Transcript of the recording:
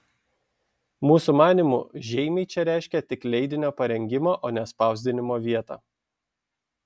mūsų manymu žeimiai čia reiškia tik leidinio parengimo o ne spausdinimo vietą